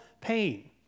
pain